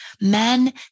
men